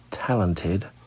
Talented